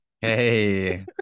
Hey